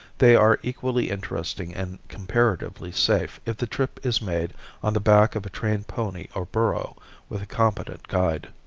they are equally interesting and comparatively safe if the trip is made on the back of a trained pony or burro with a competent guide.